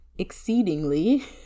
exceedingly